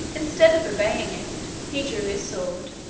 instead of obeying it, he drew his sword,